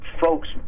folks